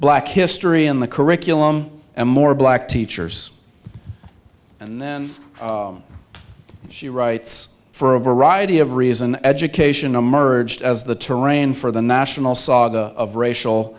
black history in the curriculum and more black teachers and then she writes for a variety of reason education emerged as the terrain for the national saga of racial